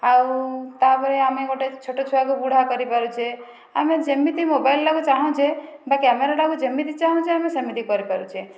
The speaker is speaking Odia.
ଆଉ ତାପରେ ଆମେ ଗୋଟେ ଛୋଟ ଛୁଆକୁ ବୁଢ଼ା କରିପାରୁଛେ ଆମେ ଯେମିତି ମୋବାଇଲଟାକୁ ଚାହୁଁଛେ ବା କ୍ୟାମେରାଟାକୁ ଯେମିତି ଚାହୁଁଛେ ଆମେ ସେମିତି କରିପାରୁଛେ